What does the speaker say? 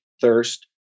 thirst